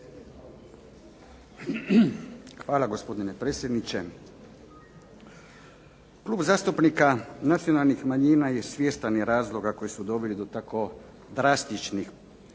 Hvala gospodine predsjedniče. Klub zastupnika nacionalnih manjina je svjestan i razloga koji su doveli do tako drastičnih